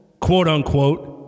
quote-unquote